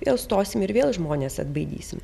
vėl stosim ir vėl žmones atbaidysim